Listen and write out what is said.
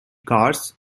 cars